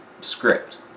script